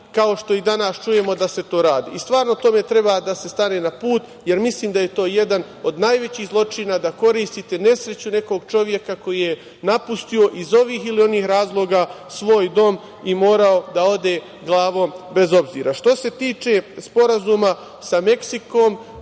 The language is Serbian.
kao što i danas čujemo da se to radi. I stvarno tome treba da se stane na put, jer mislim da je to jedan od najvećih zločina, da koristite nesreću nekog čoveka koji je napustio, iz ovih ili onih razloga, svoj dom i morao da ode glavom bez obzira. Što se tiče Sporazuma sa Meksikom,